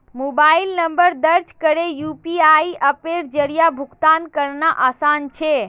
mobile number दर्ज करे UPI अप्पेर जरिया भुगतान करना आसान छे